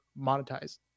monetize